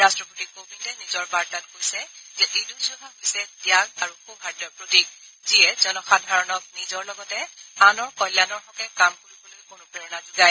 ৰাট্টপতি কোবিন্দে নিজৰ বাৰ্তাত কৈছে যে ঈদ ঊজ জোহা হৈছে ত্যাগ আৰু সোহাদ্যৰ প্ৰতীক যিয়ে জনসাধাৰণক নিজৰ লগতে আনৰ কল্যাণৰ হকে কাম কৰিবলৈ অনুপ্ৰেৰণা যোগায়